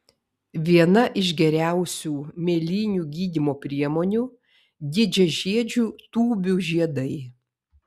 viena iš geriausių mėlynių gydymo priemonių didžiažiedžių tūbių žiedai